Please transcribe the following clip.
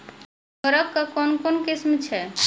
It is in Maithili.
उर्वरक कऽ कून कून किस्म छै?